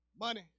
Money